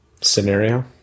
scenario